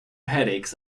headaches